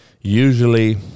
usually